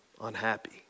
unhappy